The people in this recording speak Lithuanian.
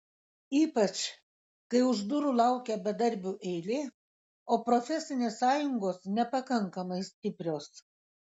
ypač kai už durų laukia bedarbių eilė o profesinės sąjungos nepakankamai stiprios